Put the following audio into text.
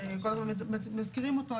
שכל הזמן מזכירים אותו,